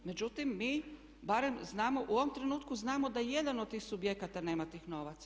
Međutim mi barem znamo, u ovom trenutku znamo da jedan od tih subjekata nema tih novaca.